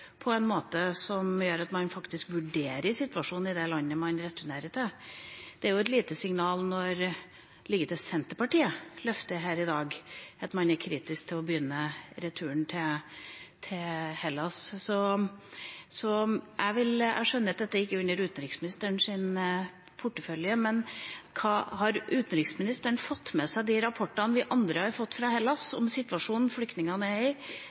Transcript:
på den måten at man faktisk vurderer situasjonen i det landet man returnerer til. Det er jo et lite signal når endatil Senterpartiet her i dag løfter fram at man er kritisk til å begynne returen til Hellas. Jeg skjønner at dette ikke er en del av utenriksministerens portefølje, men har utenriksministeren fått med seg de rapportene vi andre har fått fra Hellas om situasjonen som flyktningene er i